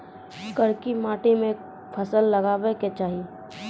करकी माटी मे कोन फ़सल लगाबै के चाही?